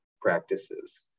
practices